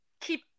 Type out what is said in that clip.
Keep